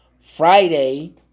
Friday